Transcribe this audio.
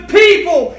people